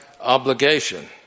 obligation